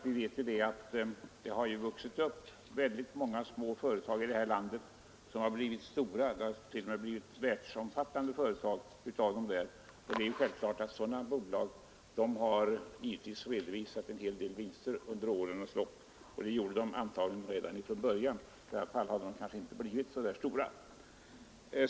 Vi vet att i vårt land många små företag har vuxit upp och blivit stora, en del har t.o.m. blivit världsomfattande företag. Självfallet har sådana bolag redovisat en hel del vinster under årens lopp. Det gjorde de antagligen redan från början, i annat fall hade de kanske inte blivit så stora.